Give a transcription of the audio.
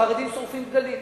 החרדים שורפים דגלים.